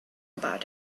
about